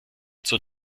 zur